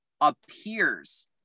appears